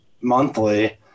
monthly